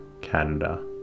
Canada